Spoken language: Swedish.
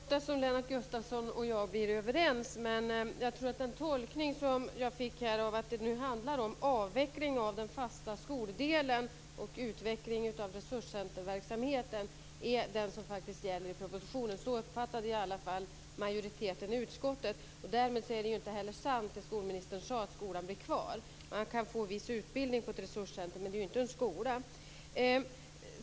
Fru talman! Det är inte ofta som Lennart Gustavsson och jag blir överens. Jag tror dock att den tolkning jag här fick, dvs. att det nu handlar om avveckling av den fasta skoldelen och utveckling av resurscenterverksamheten, är den som faktiskt gäller i propositionen. Så uppfattade i alla fall majoriteten i utskottet det. Därmed är inte heller det skolministern sade om att skolan blir kvar sant. Man kan få en viss utbildning på ett resurscenter, men det är ju inte en skola.